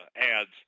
ads